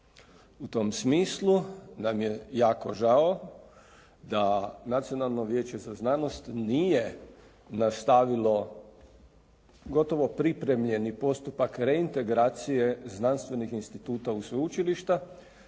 U tom smislu nam je jako žao da Nacionalno vijeće za znanost nije nastavilo gotovo pripremljeni postupak reintegracije znanstvenih instituta u sveučilišta,